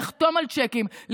לחתום על צ'קים,